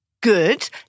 good